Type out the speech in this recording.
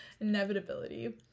inevitability